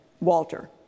Walter